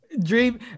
Dream